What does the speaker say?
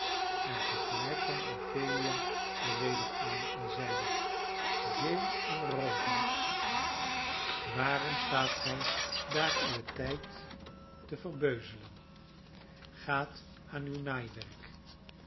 en tegelijk kwam ophelia er weder aan en zeide jane en rosa waarom staat gij daar uw tijd te verbeuzelen gaat aan